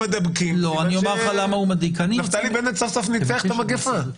מדבקים סימן שנפתלי בנט סוף סוף ניצח את המגיפה.